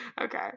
Okay